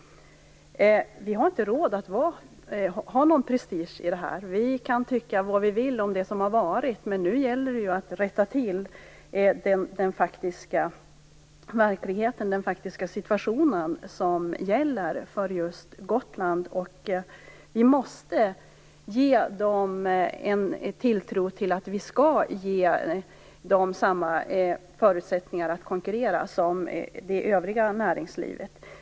Vi har inte råd med någon prestige i den här frågan. Man kan tycka vad man vill om det som har varit, men nu gäller det att rätta till den faktiska verkligheten, den faktiska situationen, som gäller för just Gotland. Vi måste ge dem en tro på att vi skall ge dem samma förutsättningar för att konkurrera som gäller för det övriga näringslivet.